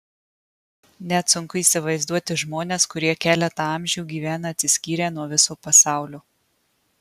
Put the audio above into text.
net sunku įsivaizduoti žmones kurie keletą amžių gyvena atsiskyrę nuo viso pasaulio